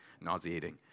nauseating